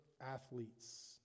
athletes